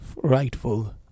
frightful